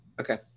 Okay